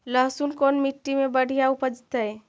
लहसुन कोन मट्टी मे बढ़िया उपजतै?